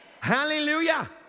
Hallelujah